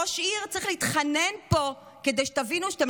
ראש עיר צריך להתחנן פה כדי שתבינו שאתם